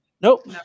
Nope